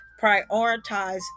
prioritize